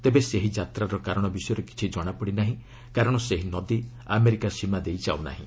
ତେବେ ସେହି ଯାତ୍ରାର କାରଣ ବିଷୟରେ କିଛି କଣାପଡ଼ୁ ନାହିଁ କାରଣ ସେହି ନଦୀ ଆମେରିକା ସୀମାଦେଇ ଯାଉନାହିଁ